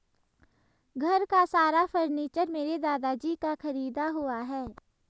घर का सारा फर्नीचर मेरे दादाजी का खरीदा हुआ है